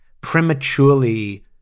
prematurely